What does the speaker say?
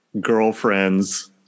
girlfriend's